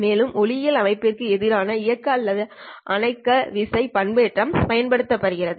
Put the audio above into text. மேலும் ஒளியியல் அமைப்பிற்கு எதிராக இயக்க அல்லது அணைக்க விசை பண்பேற்றம் பயன்படுத்துகிறது